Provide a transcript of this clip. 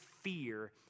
fear